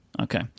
Okay